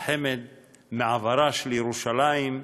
חמד מעברה של ירושלים,